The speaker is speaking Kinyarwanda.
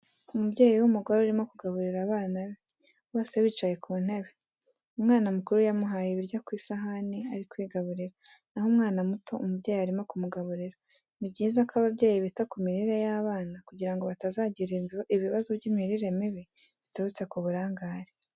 Umubyeyi w'umugore urimo kugaburira abana be, bose bicaye ku ntebe. Umwana mukuru yamuhaye ibiryo ku isahane ari kwigaburira, naho umwana muto umubyeyi arimo kumugaburira. ni byiza ko ababyeyi bita ku mirire y'abana kugira ngo batazagira ibibazo by'imirire mibi biturutse ku burangare.